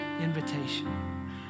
invitation